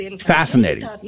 Fascinating